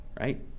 Right